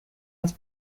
las